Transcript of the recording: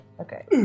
Okay